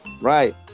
right